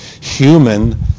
human